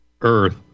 Earth